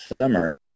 summer